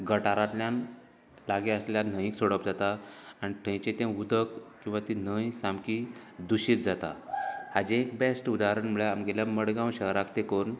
गटारांतल्यान लागी आसल्या न्हंयेत सोडप जाता आनी थंयचें ते उदक किंवां ती न्हंय सामकी दुशीत जाता हाचेर एक बेस्ट उदारण म्हळ्यार आमगेल्या मडगांव शहराक तेंकून